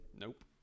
Nope